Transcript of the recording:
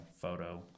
photo